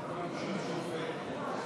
חבריי חברי הכנסת,